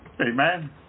Amen